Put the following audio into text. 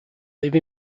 live